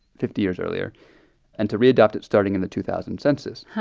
fifty years earlier and to readopt it starting in the two thousand census.